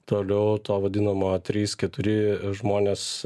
toliau to vadinamo trys keturi žmonės